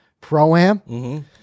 Pro-Am